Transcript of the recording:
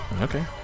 Okay